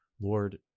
Lord